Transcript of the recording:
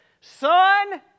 son